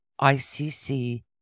ICC